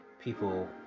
people